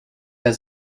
der